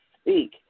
speak